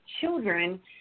children